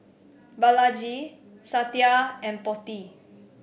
Balaji Satya and Potti